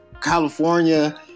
California